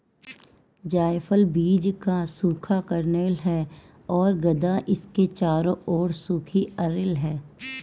जायफल बीज का सूखा कर्नेल है और गदा इसके चारों ओर सूखी अरिल है